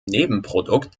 nebenprodukt